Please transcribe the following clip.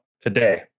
today